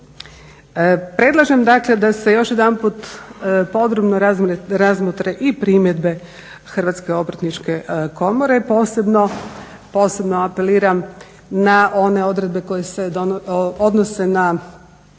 Predlažem dakle da se još jedanput podrobno razmotre i primjedbe HOK-a, posebno apeliram na one odredbe koje se odnose na